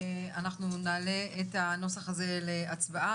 נעלה את הנוסח הזה להצבעה.